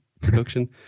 production